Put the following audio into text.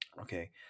Okay